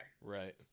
Right